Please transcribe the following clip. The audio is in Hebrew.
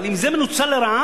אבל אם זה מנוצל לרעה,